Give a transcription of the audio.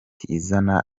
izana